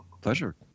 Pleasure